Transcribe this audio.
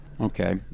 Okay